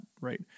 Right